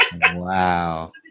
Wow